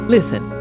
Listen